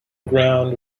ground